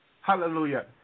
Hallelujah